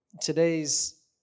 today's